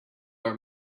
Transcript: are